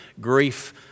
grief